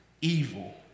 evil